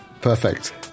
perfect